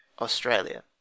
australia